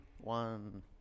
one